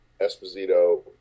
Esposito